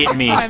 yeah me and